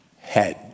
head